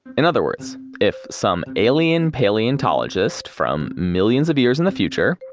in other words if some alien paleontologist from millions of years in the future,